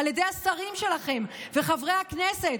על ידי השרים שלכם וחברי הכנסת.